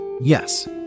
yes